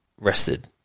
rested